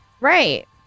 Right